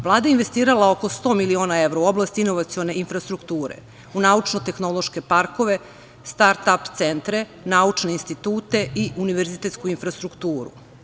Vlada je investirala oko 100 miliona evra u oblasti inovacione infrastrukture, u naučno-tehnološke parkove, start-ap centre, naučne institute i univerzitetsku infrastrukturu.